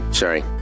sorry